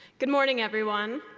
good morning, everyone.